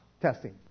testing